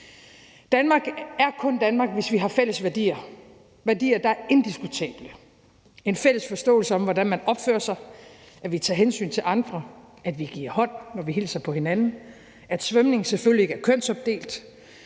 Danmark er kun Danmark, hvis vi har fælles værdier – værdier, der er indiskutable – og har en fælles forståelse om, hvordan man opfører sig, altså at vi tager hensyn til andre, at vi giver hånd, når vi hilser på hinanden, og at svømning selvfølgelig ikke er kønsopdelt.